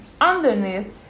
underneath